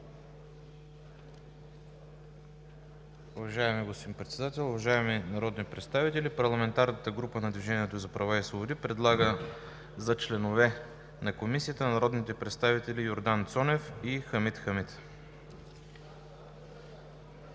Уважаеми господин Председател, уважаеми народни представители! Парламентарната група на „Движението за права и свободи“ предлага за членове на Комисията народните представители Йордан Цонев и Хамид Хамид.